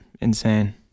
insane